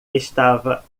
estava